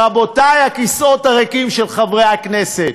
רבותי, הכיסאות הריקים של חברי הכנסת?